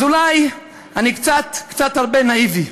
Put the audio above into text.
אז אולי אני קצת, קצת הרבה, נאיבי.